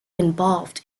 involved